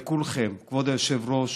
לכולכם, כבוד היושב-ראש,